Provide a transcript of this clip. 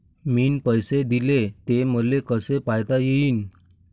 मिन पैसे देले, ते मले कसे पायता येईन?